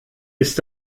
ist